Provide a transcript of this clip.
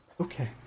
Okay